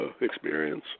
experience